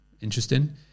Interesting